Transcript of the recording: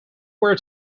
where